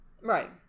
right